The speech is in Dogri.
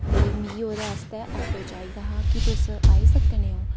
ते मिगी ओह्दे आस्तै आटो चाहिदा हा कि तुस आई सकने ओ